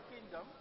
kingdom